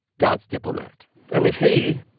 god's diplomat and if he,